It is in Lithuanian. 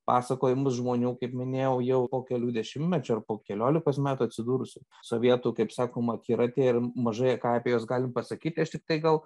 pasakojimus žmonių kaip minėjau jau po kelių dešimtmečių ar po keliolikos metų atsidūrusių sovietų kaip sakom akiratyje ir mažai ką apie juos galim pasakyt aš tiktai gal